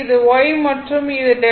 இது y மற்றும் இது δ